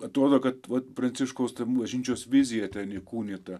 atrodo kad vat pranciškaus bažnyčios vizija ten įkūnyta